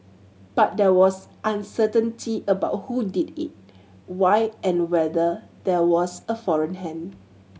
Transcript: but there was uncertainty about who did it why and whether there was a foreign hand